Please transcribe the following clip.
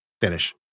finish